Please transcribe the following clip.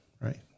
right